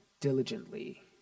diligently